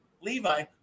Levi